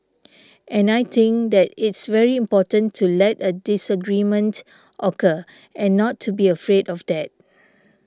and I think that it's very important to let a disagreement occur and not to be afraid of that